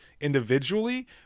individually